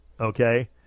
Okay